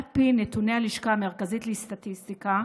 על פי נתוני הלשכה המרכזית לסטטיסטיקה,